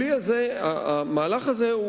מאה אחוז,